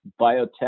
biotech